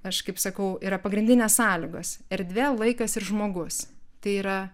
aš kaip sakau yra pagrindinės sąlygos erdvė laikas ir žmogus tai yra